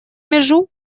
межу